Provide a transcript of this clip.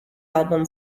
album